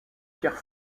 pierre